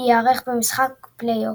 ייערך משחק פלייאוף.